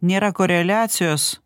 nėra koreliacijos